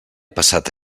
passat